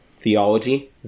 theology